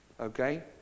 Okay